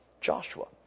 Joshua